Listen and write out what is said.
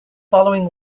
following